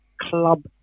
club